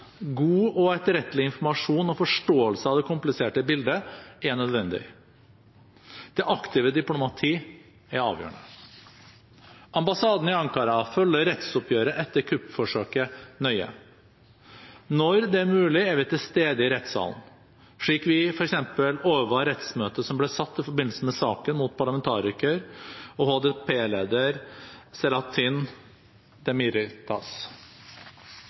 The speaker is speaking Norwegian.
God og etterrettelig informasjon og forståelse av det kompliserte bildet er nødvendig. Det aktive diplomati er avgjørende. Ambassaden i Ankara følger rettsoppgjøret etter kuppforsøket nøye. Når det er mulig, er vi til stede i rettssalen, slik vi f.eks. overvar rettsmøtet som ble satt i forbindelse med saken mot parlamentariker og